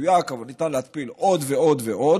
אבל ניתן להתפיל עוד ועוד ועוד.